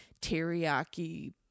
teriyaki